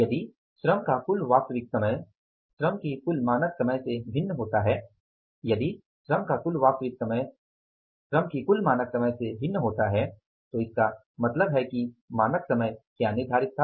यदि श्रम का कुल वास्तविक समय श्रम के कुल मानक समय से भिन्न होता है यदि श्रम का कुल वास्तविक समय श्रम के कुल मानक समय से भिन्न होता है तो इसका मतलब है कि मानक समय क्या निर्धारित था